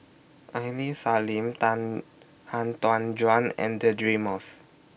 Aini Salim Tan Han Tan Juan and Deirdre Moss